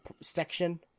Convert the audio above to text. section